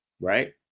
right